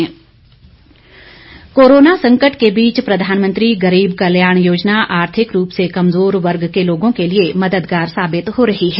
गरीब कल्याण कोरोना संकट के बीच प्रधानमंत्री गरीब कल्याण योजना आर्थिक रूप से कमजोर वर्ग के लोगों के लिए मददगार साबित हो रही है